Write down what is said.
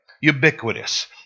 ubiquitous